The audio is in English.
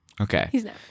Okay